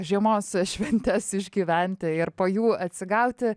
žiemos šventes išgyventi ir po jų atsigauti